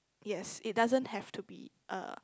yes it doesn't have to be a